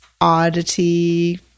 oddity